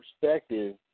perspective